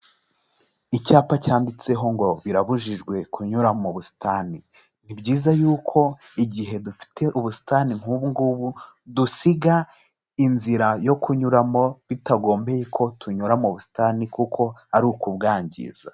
Icyapa cyanditseho ngo birabujijwe kunyura mu busitani. Ni byiza yuko igihe dufite ubusitani nk'ubu ngubu dusiga inzira yo kunyuramo bitagombye ko tunyura mu busitani, kuko ari ukubwangiza.